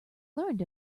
learned